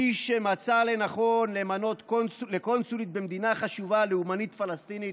מי שמצא לנכון למנות לקונסולית במדינה חשובה לאומנית פלסטינית,